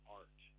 art